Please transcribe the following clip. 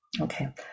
Okay